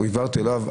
העברתי אליו.